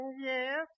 Yes